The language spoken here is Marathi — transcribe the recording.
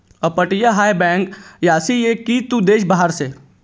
अपटीया हाय बँक आसी से की तू देश बाहेर से